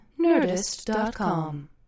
Nerdist.com